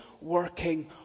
working